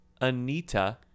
Anita